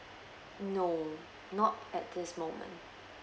no not at this moment